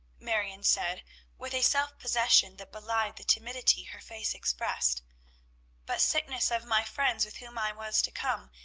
marion said with a self-possession that belied the timidity her face expressed but sickness of my friends with whom i was to come,